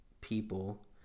people